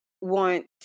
want